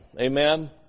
Amen